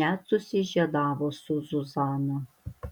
net susižiedavo su zuzana